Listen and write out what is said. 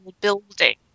building